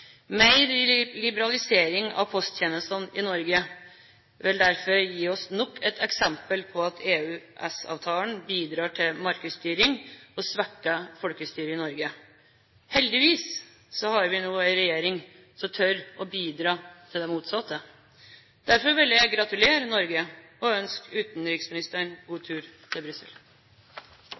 liberalisering av posttjenestene i Norge ville derfor gitt oss nok et eksempel på at EØS-avtalen bidrar til markedsstyring og svekker folkestyret i Norge. Heldigvis har vi nå en regjering som tør å bidra til det motsatte. Derfor vil jeg gratulere Norge og ønske utenriksministeren god tur til Brussel.